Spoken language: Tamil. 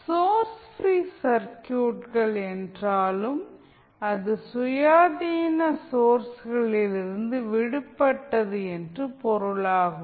சோர்ஸ் ப்ரீ சர்க்யூட்கள் என்றாலும் அது சுயாதீன சோர்ஸ்களிலிருந்து விடுபட்டது என்று பொருளாகும்